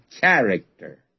character